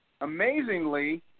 amazingly